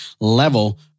level